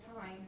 time